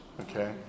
okay